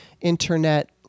internet